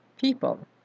people